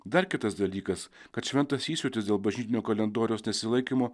dar kitas dalykas kad šventas įsiūtis dėl bažnytinio kalendoriaus nesilaikymo